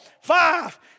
five